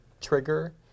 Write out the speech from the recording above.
trigger